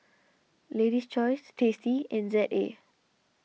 Lady's Choice Tasty and Z A